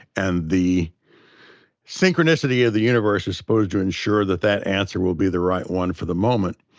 and the synchronicity of the universe is supposed to ensure that that answer will be the right one for the moment,